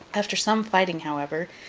after some fighting, however,